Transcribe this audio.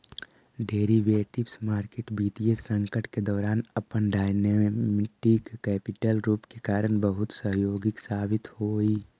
derivatives market वित्तीय संकट के दौरान अपन डायनेमिक कैपिटल रूप के कारण बहुत सहयोगी साबित होवऽ हइ